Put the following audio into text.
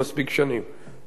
עכשיו אמרתי,